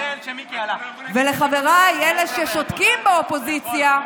ולחבריי, אלה ששותקים באופוזיציה,